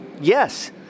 yes